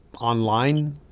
online